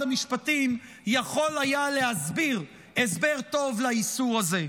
המשפטים לא יכול היה להסביר הסבר טוב לאיסור הזה.